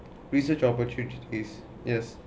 research opportunities yes